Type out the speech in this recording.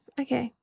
okay